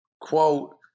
quote